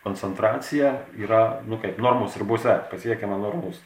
koncentracija yra nu kaip normos ribose pasiekiama normos